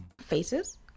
faces